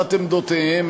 הסברת עמדותיהם,